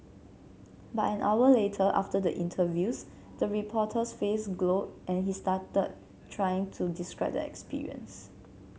but an hour later after the interviews the reporter's face glowed and he stuttered trying to describe the experience